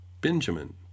Benjamin